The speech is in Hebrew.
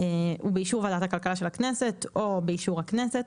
ובאישור ועדת הכלכלה של הכנסת או אישור הכנסת,